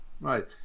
Right